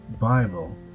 Bible